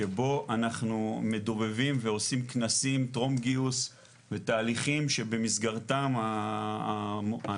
שבהם אנחנו מדובבים ועושים כנסים טרום גיוס ותהליכים שבמסגרתם האנשים